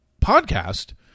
podcast